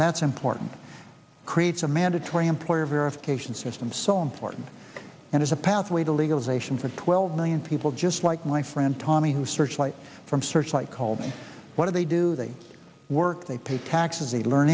that's important creates a mandatory employer verification system so important and is a pathway to legalization for twelve million people just like my friend tommy who searchlight from searchlight called me what do they do they work they pay taxes they learn